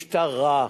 "משטרע".